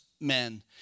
men